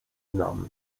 znam